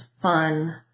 fun